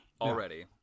already